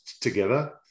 together